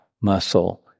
muscle